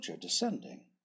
descending